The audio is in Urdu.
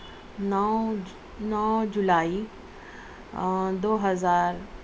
نو نو جولائی دو ہزار